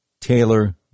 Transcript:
Taylor